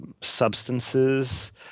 substances